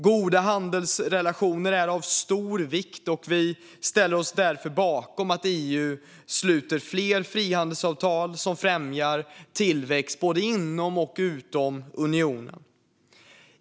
Goda handelsrelationer är av stor vikt, och vi ställer oss därför bakom att EU sluter fler frihandelsavtal som främjar tillväxt både inom och utanför unionen.